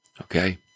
Okay